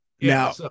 Now